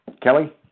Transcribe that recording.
Kelly